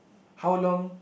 how long